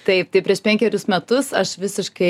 taip tai prieš penkerius metus aš visiškai